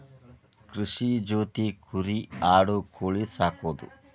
ಕೃಷಿ ಜೊತಿ ಕುರಿ ಆಡು ಕೋಳಿ ಸಾಕುದು